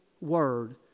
word